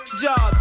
jobs